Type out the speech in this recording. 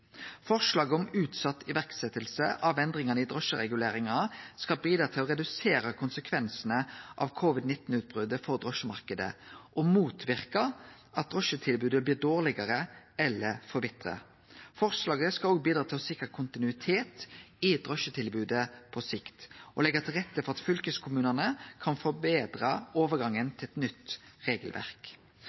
Forslaget om utsett iverksetjing av endringane i drosjereguleringa skal bidra til å redusere konsekvensane av covid-19-utbrotet for drosjemarknaden og motverke at drosjetilbodet blir dårlegare eller forvitrar. Forslaget skal òg bidra til å sikre kontinuitet i drosjetilbodet på sikt og leggje til rette for at fylkeskommunane kan forbetre overgangen til eit nytt regelverk.